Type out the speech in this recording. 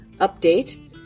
update